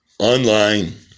Online